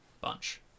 bunch